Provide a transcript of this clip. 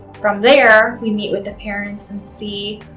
from there, we meet with the parents and see,